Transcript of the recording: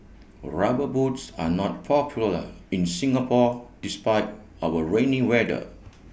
rubber boots are not popular in Singapore despite our rainy weather